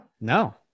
No